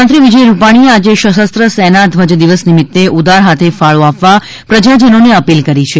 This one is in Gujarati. મુખ્યમંત્રી વિજય રૂપાણીએ આજે સશસ્ત્ર સેના ધ્વજ દિવસ નિમિત્તે ઉદાર હાથે ફાળો આ વા પ્રજાજનોને અ ીલ કરી છે